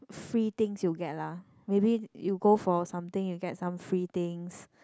free things you get lah maybe you go for something you get some free things